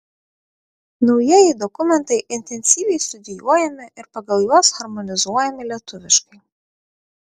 naujieji dokumentai intensyviai studijuojami ir pagal juos harmonizuojami lietuviški